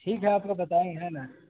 ٹھیک ہے آپ کو بتائیں ہیں نا